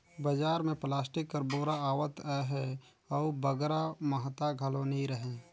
बजार मे पलास्टिक कर बोरा आवत अहे अउ बगरा महगा घलो नी रहें